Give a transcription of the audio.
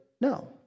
No